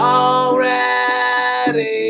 already